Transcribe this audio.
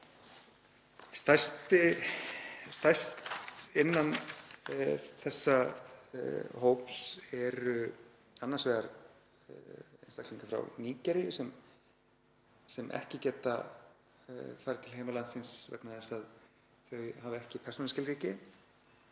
Stærstir innan þessa hóps eru annars vegar einstaklingar frá Nígeríu sem ekki geta farið til heimalands síns vegna þess að þau hafa ekki persónuskilríki,